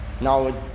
Now